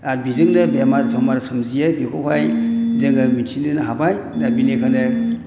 आरो बेजोंनो बेमार सेमार सोमजियो बेखौहाय जोङो मिनथिनो हाबाय दा बेनिखायनो